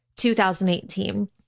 2018